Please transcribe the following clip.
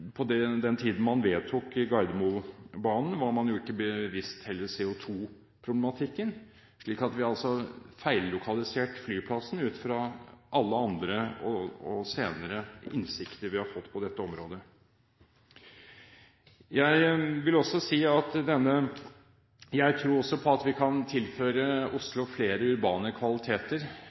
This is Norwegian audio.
tiden man vedtok Gardermoen, var man heller ikke bevisst på CO2-problematikken. Vi feillokaliserte altså flyplassen, tatt i betraktning alle andre, senere innsikter vi har fått på dette området. Jeg tror også at vi kan tilføre Oslo flere urbane kvaliteter, og at vi bør bygge i de såkalte grå områdene. Jeg har også tro på at vi kan